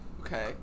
okay